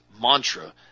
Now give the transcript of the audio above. mantra